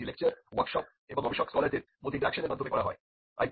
এটি lecture workshop এবং গবেষক স্কলারদের মধ্যে ইন্টারেকশনের মাধ্যমে করা হয়